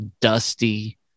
dusty